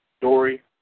Dory